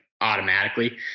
automatically